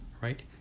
right